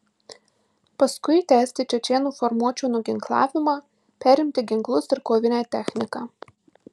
paskui tęsti čečėnų formuočių nuginklavimą perimti ginklus ir kovinę techniką